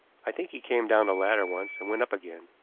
i think he came down the ladder once and went up again.